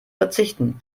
verzichten